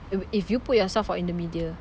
if if you put yourself out in the media